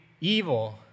evil